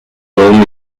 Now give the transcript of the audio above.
rome